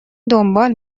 دنبال